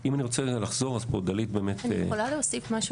אני יכולה להוסיף משהו